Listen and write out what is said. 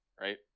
right